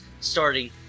starting